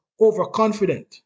overconfident